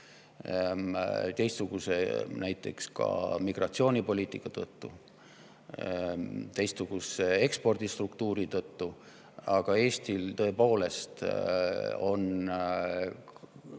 teistsuguse migratsioonipoliitika tõttu, teistsuguse ekspordistruktuuri tõttu. Aga Eestil on tõepoolest